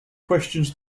questions